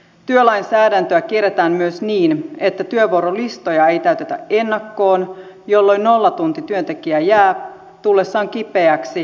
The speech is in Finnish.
työlainsäädäntöä kierretään myös niin että työvuorolistoja ei täytetä ennakkoon jolloin nollatuntityöntekijä jää ilman sairausajan palkkaa tullessaan kipeäksi